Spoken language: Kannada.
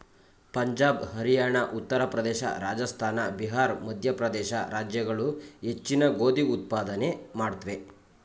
ಪಂಜಾಬ್ ಹರಿಯಾಣ ಉತ್ತರ ಪ್ರದೇಶ ರಾಜಸ್ಥಾನ ಬಿಹಾರ್ ಮಧ್ಯಪ್ರದೇಶ ರಾಜ್ಯಗಳು ಹೆಚ್ಚಿನ ಗೋಧಿ ಉತ್ಪಾದನೆ ಮಾಡುತ್ವೆ